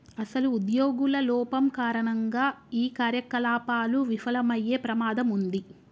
అసలు ఉద్యోగుల లోపం కారణంగా ఈ కార్యకలాపాలు విఫలమయ్యే ప్రమాదం ఉంది